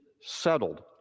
settled